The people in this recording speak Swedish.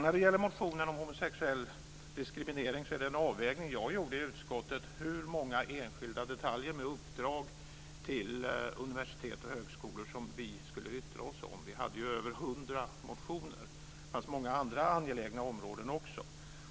När det gäller reservationen om diskriminering av homosexuella var det en avvägning som jag gjorde i utskottet hur många enskilda detaljer med uppdrag till universitet och högskolor som vi skulle yttra oss om. Det var ju över 100 motioner, och de handlade om många andra angelägna områden också.